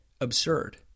absurd